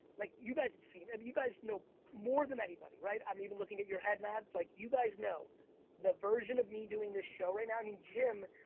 like you guys have seen it. um you guys know more than anybody, right. i'm even looking at your head nods, like you guys know the version of me doing this show right now, i mean, jim,